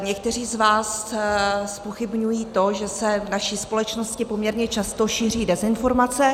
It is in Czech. Někteří z vás zpochybňují to, že se v naší společnosti poměrně často šíří dezinformace.